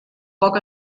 poc